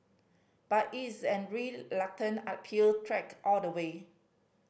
but it is an uphill trek all the way